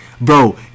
Bro